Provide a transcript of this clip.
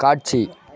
காட்சி